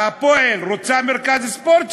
"הפועל" רוצה מרכז ספורט?